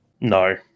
No